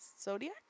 Zodiac